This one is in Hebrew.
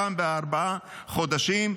הפעם בארבעה חודשים,